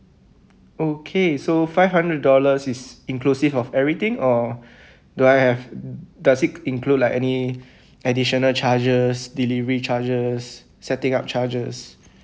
okay so five hundred dollars is inclusive of everything or do I have does it include like any additional charges delivery charges setting up charges